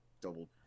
double